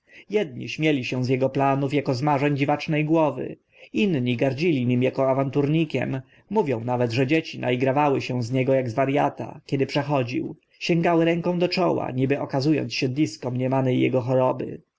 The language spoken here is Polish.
jedni śmieli się z ego planów ako z marzeń dziwaczne głowy inni gardzili nim ako awanturnikiem mówią nawet że dzieci naigrawały się z niego ak z wariata kiedy przechodził sięgały ręką do czoła niby okazu ąc siedlisko mniemane ego choroby